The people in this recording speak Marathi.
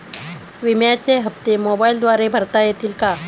विम्याचे हप्ते मोबाइलद्वारे भरता येतील का?